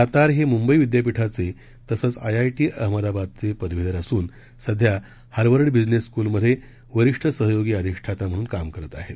दातार हे मुंबई विद्यापीठाचे तसंच आयआयटी अहमदाबादचे पदवीधर असून सध्या हारवर्ड बिझनेस स्कूलमध्ये वरिष्ठ सहयोगी अधिष्ठाता म्हणून काम करत आहे